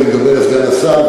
אני מדבר עם סגן השר,